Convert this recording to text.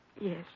Yes